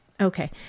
Okay